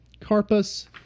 Carpus